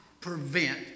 prevent